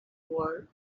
work